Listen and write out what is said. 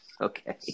Okay